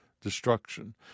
destruction